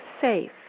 safe